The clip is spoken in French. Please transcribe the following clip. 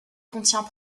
contient